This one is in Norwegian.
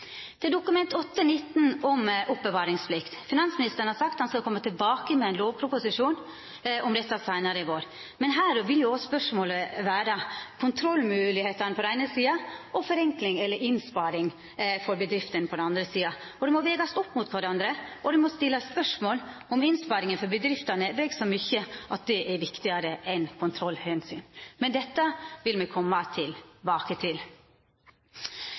Til Dokument 8:19 S for 2010–2011 om oppbevaringsplikt: Finansministeren har sagt han skal koma tilbake med ein lovproposisjon om dette seinare i vår. Men her vil jo òg spørsmålet handla om kontrollmoglegheitene på den eine sida og forenkling/innsparing for bedriftene på den andre sida. Dette må vegast opp mot kvarandre, og det må stillast spørsmål ved om innsparinga for bedriftene veg så mykje at det er viktigare enn kontrollomsyn. Dette vil me koma tilbake til.